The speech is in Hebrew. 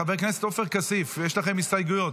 חבר הכנסת עופר כסיף, יש לכם הסתייגויות.